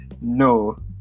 No